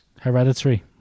Hereditary